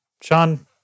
Sean